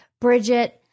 Bridget